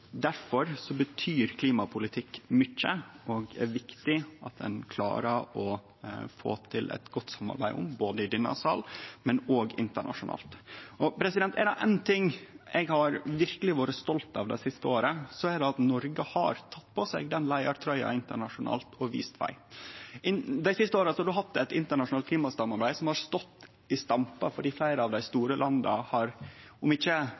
er viktig at ein klarar å få til eit godt samarbeid om det både i denne salen og internasjonalt. Er det éin ting eg verkeleg har vore stolt av det siste året, er det at Noreg har teke på seg den leiartrøya internasjonalt og vist veg. Dei siste åra har ein hatt eit internasjonalt klimasamarbeid som har stått i stampe, for om fleire av dei store landa ikkje har